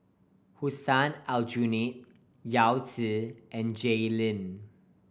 Hussein Aljunied Yao Zi and Jay Lim